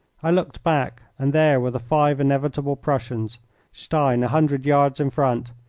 i looked back, and there were the five inevitable prussians stein a hundred yards in front,